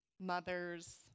mothers